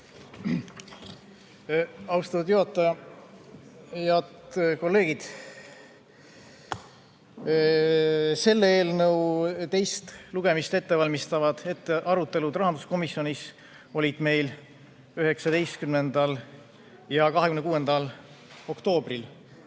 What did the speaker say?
Austatud juhataja! Head kolleegid! Selle eelnõu teist lugemist ettevalmistavad arutelud rahanduskomisjonis olid meil 19. ja 26. oktoobril.